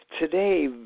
Today